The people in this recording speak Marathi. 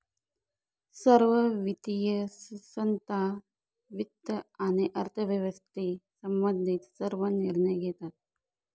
सर्व वित्तीय संस्था वित्त आणि अर्थव्यवस्थेशी संबंधित सर्व निर्णय घेतात